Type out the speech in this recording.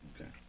Okay